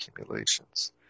accumulations